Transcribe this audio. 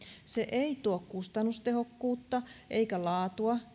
se ei tuo kustannustehokkuutta eikä laatua